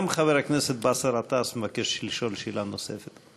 גם חבר הכנסת באסל גטאס מבקש לשאול שאלה נוספת.